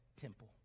temple